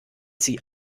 sie